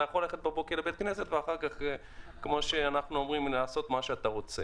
אתה יכול ללכת בבוקר לבית הכנסת ואחר כך לעשות מה שאתה רוצה.